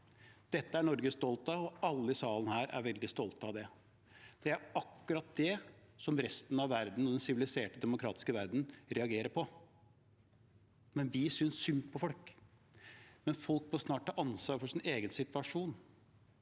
Dette er Norge stolt av, og alle i salen her er veldig stolte av det. Det er akkurat det resten av verden, den siviliserte og demokratiske verden, reagerer på – men vi synes synd på folk. Folk må snart ta ansvar for sin egen situasjon.